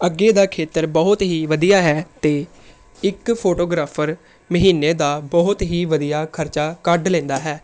ਅੱਗੇ ਦਾ ਖੇਤਰ ਬਹੁਤ ਹੀ ਵਧੀਆ ਹੈ ਅਤੇ ਇੱਕ ਫੋਟੋਗ੍ਰਾਫਰ ਮਹੀਨੇ ਦਾ ਬਹੁਤ ਹੀ ਵਧੀਆ ਖਰਚਾ ਕੱਢ ਲੈਂਦਾ ਹੈ